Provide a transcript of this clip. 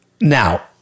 Now